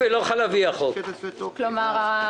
כלומר,